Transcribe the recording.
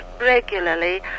regularly